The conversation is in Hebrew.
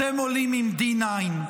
אתם עולים עם D9,